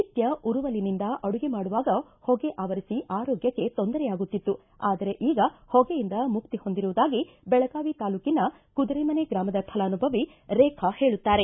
ನಿತ್ತ ಉರುವಲಿನಿಂದ ಅಡುಗೆ ಮಾಡುವಾಗ ಹೊಗೆ ಆವರಿಸಿ ಆರೋಗ್ಲಕ್ಷೆ ತೊಂದರೆಯಾಗುತ್ತಿತ್ತು ಆದರೆ ಈಗ ಹೊಗೆಯಿಂದ ಮುಕ್ತಿ ಹೊಂದಿರುವುದಾಗಿ ಬೆಳಗಾವಿ ತಾಲೂಕಿನ ಕುದರೆಮನೆ ಗ್ರಾಮದ ಫಲಾನುಭವಿ ರೇಖಾ ಹೇಳುತ್ತಾರೆ